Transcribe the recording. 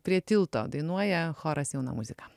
prie tilto dainuoja choras jauna muzika